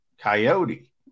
Coyote